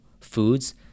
foods